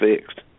fixed